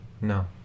No